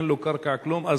אין לו קרקע ואין לו כלום,